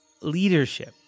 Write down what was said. leadership